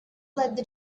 that